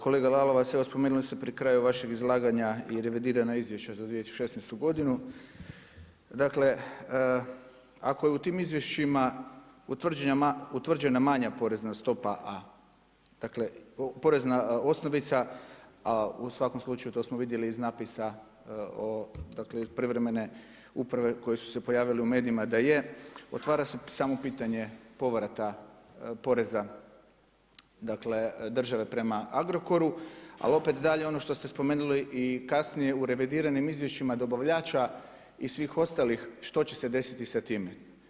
Kolega Lalovac, evo spomenuli ste pri kraju vašeg izlaganja revidirana izvješća za 2016. g. Dakle, ako je u tim izvješćima utvrđena manja porezna stopa, porezna osnovica, a u svakom slučaju to smo vidjeli iz natpisa o, privremene uprave, koje su se pojavili u medijima da je, otvara se samo pitanje, povrata poreza dakle, države prema Agrokoru, ali opet dalje što ste spomenuli i kasnije u revidiranim izvješćima dobavljača i svih ostalih, što će se desiti sa time?